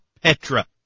Petra